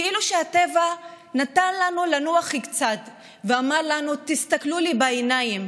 כאילו שהטבע נתן לנו לנוח קצת ואמר לנו: תסתכלו לי בעיניים,